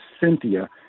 Cynthia